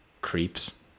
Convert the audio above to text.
creeps